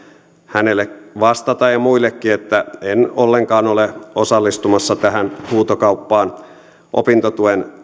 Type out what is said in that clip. hänelle vastata ja muillekin että en ollenkaan ole osallistumassa tähän huutokauppaan opintotuen